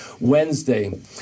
Wednesday